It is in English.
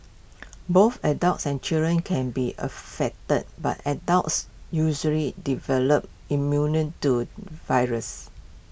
both adults and children can be affected but adults usually develop immunity to the virus